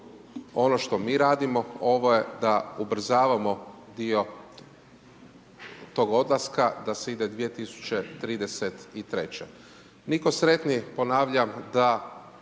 ono što mi radimo, ovo je da ubrzavamo dio tog odlaska, da se ide 2033. Nitko sretniji, ponavljam da